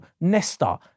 Nesta